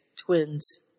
Twins